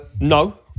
No